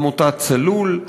עמותת "צלול".